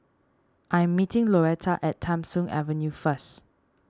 I am meeting Louetta at Tham Soong Avenue first